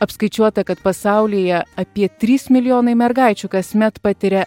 apskaičiuota kad pasaulyje apie trys milijonai mergaičių kasmet patiria